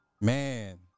Man